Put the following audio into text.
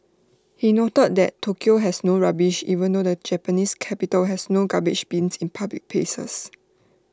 he noted that Tokyo has no rubbish even though the Japanese capital has no garbage bins in public places